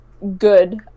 Good